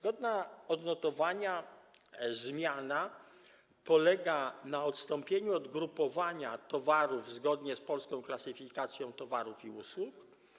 Godna odnotowania zmiana polega na odstąpieniu od grupowania towarów zgodnie z Polską Klasyfikacją Towarów i Usług.